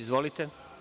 Izvolite.